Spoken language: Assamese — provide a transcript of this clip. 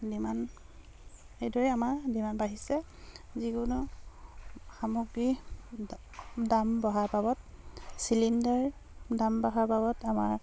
ডিমাণ্ড এইদৰে আমাৰ ডিমাণ্ড বাঢ়িছে যিকোনো সামগ্ৰী দাম বঢ়াৰ বাবত চিলিণ্ডাৰ দাম বঢ়াৰ বাবত আমাৰ